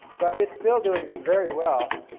but it's still doing very well.